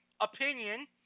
opinion